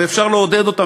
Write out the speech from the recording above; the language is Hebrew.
ואפשר לעודד אותם,